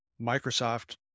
Microsoft